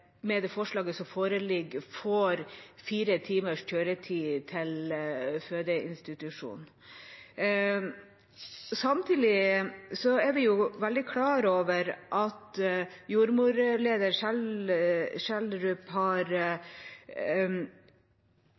med det forslaget som foreligger, får fire timers kjøretid til fødeinstitusjon. Samtidig er vi veldig klar over at jordmorleder Schjelderup-Eriksen har